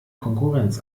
konkurrenz